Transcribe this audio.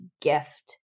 gift